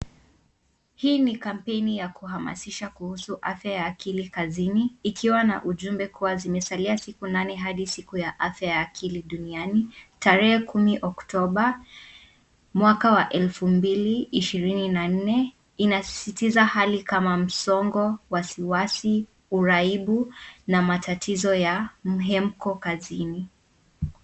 Hii ni kampeni ya kuhamasisha kuhusu afya ya akili kazini, ikiwa na ujumbe kuwa zimesalia siku nane hadi siku ya afya ya akili duniani. Tarehe kumi oktoba, mwaka wa elfu mbili ishirini na nne inasisitiza hali kama msongo, wasiwasi, uraibu na matatizo ya mhemko kazini.